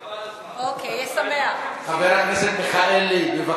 בבקשה, חבר הכנסת מיכאלי.